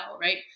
Right